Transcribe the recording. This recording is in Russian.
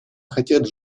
хотят